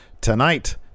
tonight